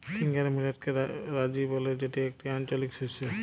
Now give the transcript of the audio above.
finger মিলেটকে রাজি ব্যলে যেটি একটি আঞ্চলিক শস্য